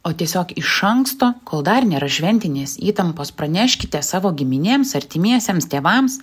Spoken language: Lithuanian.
o tiesiog iš anksto kol dar nėra šventinės įtampos praneškite savo giminėms artimiesiems tėvams